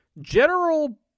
general